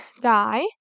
guy